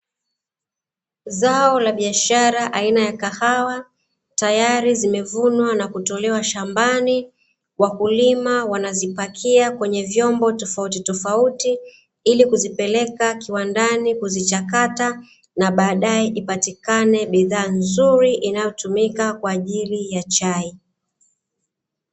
Zao la biashara aina ya kahawa tayari zimevunwa na kutolewa shambani. Wakulima wanazipakia kwenye vyombo tofautitofauti ili kuzipeleka kiwandani kuzichakata na baadae ipatikane bidhaa nzuri inayotumika kwa ajili ya chai.